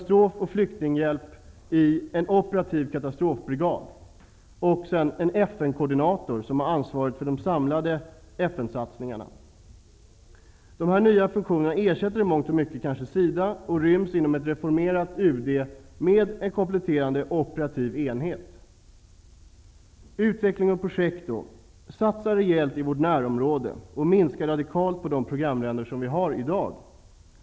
En FN-koordinator som har ansvaret för de samlade FN-satsningarna. Dessa nya funktioner ersätter kanske i mångt och mycket SIDA och ryms inom ett reformerat UD, med en kompletterande operativ enhet. Beträffande huvudområdet Utveckling/projekt vill jag säga följande. Satsa rejält i vårt närområde och minska radikalt på de programländer som vi har i dag!